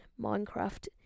minecraft